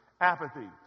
apathy